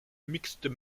mixed